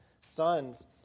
sons